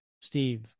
Steve